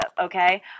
Okay